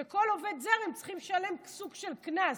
שעל כל עובד זר הם צריכים לשלם סוג של קנס.